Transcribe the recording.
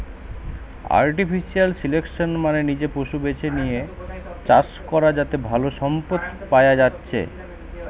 artificial selection মানে নিজে পশু বেছে লিয়ে চাষ করা যাতে ভালো সম্পদ পায়া যাচ্ছে